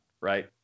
right